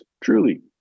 truly